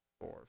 four